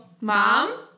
Mom